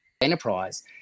enterprise